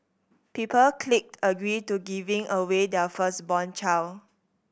people clicked agree to giving away their firstborn child